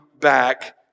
back